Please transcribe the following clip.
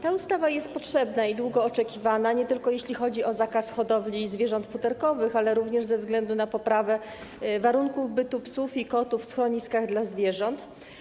Ta ustawa jest potrzebna i długo oczekiwana, nie tylko jeśli chodzi o zakaz hodowli zwierząt futerkowych, ale również ze względu na poprawę warunków bytu psów i kotów w schroniskach dla zwierząt.